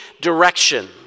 direction